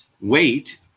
wait